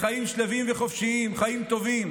בחיים שלווים וחופשיים, חיים טובים.